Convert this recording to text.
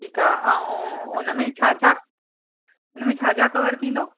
ठीकु आहे ऐं हुन मेंं छा छा हुन मेंं छा छा कवर थींदो